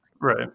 Right